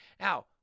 Now